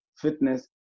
fitness